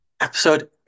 episode